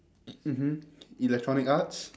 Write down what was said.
e~ mmhmm electronic arts